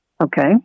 Okay